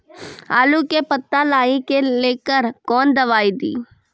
आलू के पत्ता लाही के लेकर कौन दवाई दी?